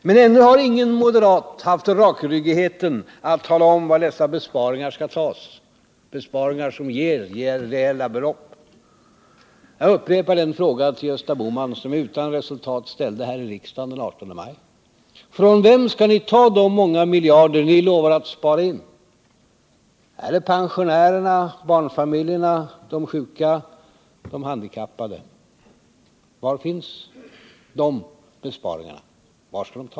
Men ännu har ingen moderat haft rakryggigheten att tala om var dessa besparingar skall tas, besparingar som ger reella belopp. Jag upprepar den fråga till Gösta Bohman som jag utan resultat ställde här i riksdagen den 18 maj: Från vem skall ni ta de många miljarder ni lovar att spara in? Är det pensionärerna? Är det barnfamiljerna? Är det de sjuka? Är det de handikappade?